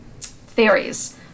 theories